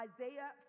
Isaiah